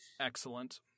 Excellent